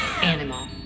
Animal